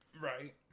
Right